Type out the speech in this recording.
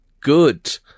good